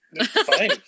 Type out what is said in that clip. Fine